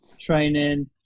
Training